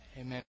amen